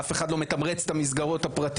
אף אחד לא מתמרץ את המסגרות הפרטיות,